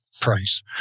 price